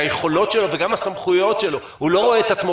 שהיכולות שלו וגם הסמכויות שלו הוא לא רואה את עצמו